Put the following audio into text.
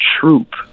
Troop